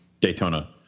Daytona